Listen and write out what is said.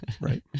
right